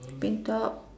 pink top